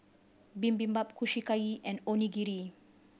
Bibimbap Kushiyaki and Onigiri